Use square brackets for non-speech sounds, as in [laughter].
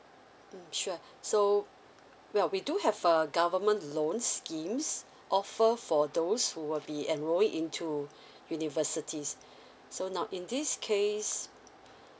mm sure [breath] so well we do have a government loans schemes [breath] offer for those who will be enrolling into [breath] universities [breath] so now in this case [breath]